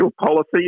policy